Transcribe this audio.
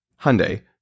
Hyundai